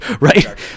right